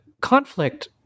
conflict